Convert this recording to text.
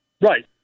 Right